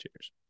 Cheers